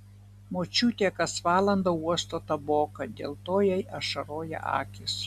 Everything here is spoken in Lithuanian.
močiutė kas valandą uosto taboką dėl to jai ašaroja akys